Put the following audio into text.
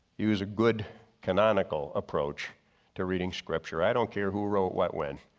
use a good canonical approach to reading scripture. i don't care who wrote what when.